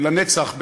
לנצח,